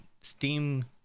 Steam